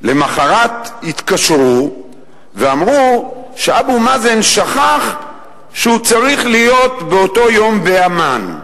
שלמחרת התקשרו ואמרו שאבו מאזן שכח שהוא צריך להיות באותו היום בעמאן,